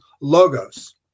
logos